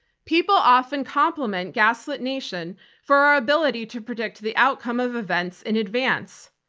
people often compliment gaslit nation for our ability to predict the outcome of events in advance,